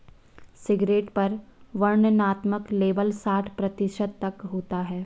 cigarette पर वर्णनात्मक label साठ प्रतिशत तक होता है